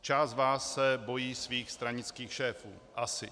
Část z vás se bojí svých stranických šéfů, asi.